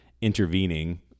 intervening